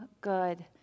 good